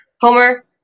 Homer